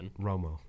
Romo